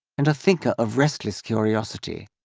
and a thinker of restless curiosity.